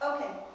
Okay